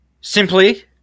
Simply